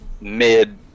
mid